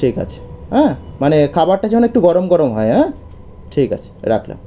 ঠিক আছে হ্যাঁ মানে খাবারটা যেন একটু গরম গরম হয় হ্যাঁ ঠিক আছে রাখলাম